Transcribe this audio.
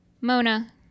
Mona